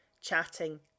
chatting